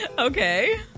Okay